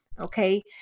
Okay